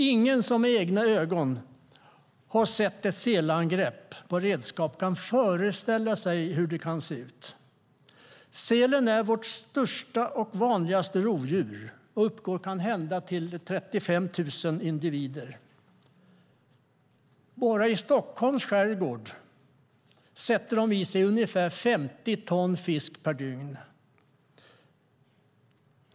Ingen som inte med egna ögon sett ett sälangrepp på redskap kan föreställa sig hur det kan se ut. Sälen är vårt största och vanligaste rovdjur och uppgår kanhända till 35 000 individer. Enbart i Stockholms skärgård sätter sälarna i sig ungefär 50 ton fisk per dygn.